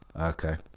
Okay